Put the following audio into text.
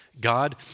God